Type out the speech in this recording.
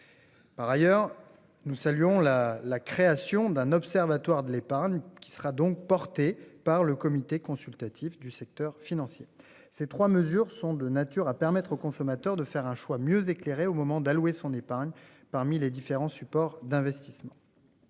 Par ailleurs, nous saluons la la création d'un observatoire de l'épargne, qui sera donc porté par le comité consultatif du secteur financier. Ces trois mesures sont de nature à permettre aux consommateurs de faire un choix mieux éclairé au moment d'allouer son épargne parmi les différents supports d'investissement.